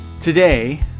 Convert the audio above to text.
Today